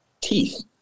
teeth